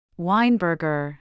Weinberger